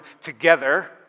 together